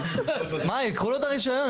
ייקחו לו את הרישיון.